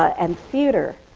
and theatre,